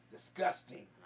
Disgusting